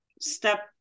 step